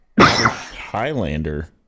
highlander